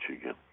again